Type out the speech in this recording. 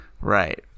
Right